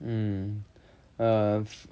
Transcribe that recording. mm uh